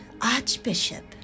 Archbishop